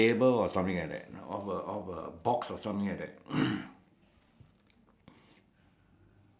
selling selling the the the shoe the the the the the the what the table tennis